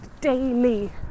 daily